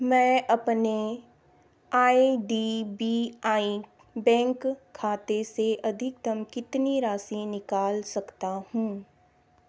मैं अपने I D B I bank खाते से अधिकतम कितनी राशि निकाल सकता हूँ